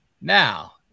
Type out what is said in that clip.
now